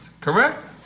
correct